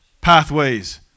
pathways